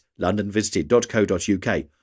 londonvisited.co.uk